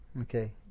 Okay